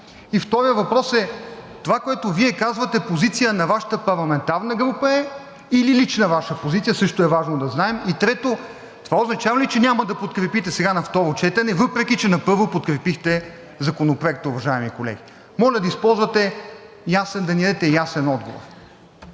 И вторият въпрос е: това, което Вие казвате, позиция на Вашата парламентарна група ли е, или лична Ваша позиция, също е важно да знаем? И трето, това означава ли, че няма да подкрепите сега на второ четене, въпреки че на първо подкрепихте Законопроекта, уважаеми колеги? Моля да ни дадете ясен отговор.